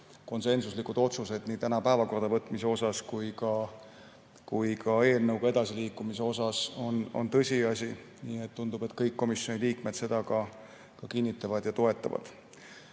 konsensuslikud otsused nii täna päevakorda võtmise kui ka eelnõuga edasiliikumise kohta on tõsiasi. Nii et tundub, et kõik komisjoni liikmed seda kinnitavad ja toetavad.